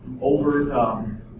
over